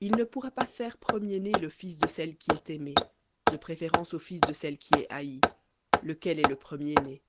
il ne pourra pas faire premier-né le fils de celle qui est aimée de préférence au fils de celle qui est haïe lequel est le premier-né